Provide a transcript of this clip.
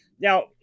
now